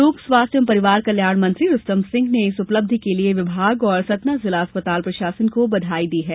लोक स्वास्थ्य एवं परिवार कल्याण मंत्री रुस्तम सिंह ने इस उपलब्धि के लिये विभाग और सतना जिला अस्पताल प्रशासन को बधाई दी है